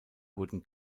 wurden